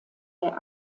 der